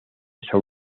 son